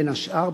בין השאר,